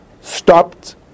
stopped